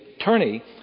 attorney